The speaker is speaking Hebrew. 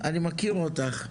אני מכיר אותך.